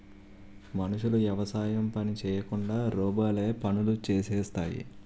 మనుషులు యవసాయం పని చేయకుండా రోబోలే పనులు చేసేస్తాయి